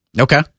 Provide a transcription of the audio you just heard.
Okay